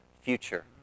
future